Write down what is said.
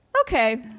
okay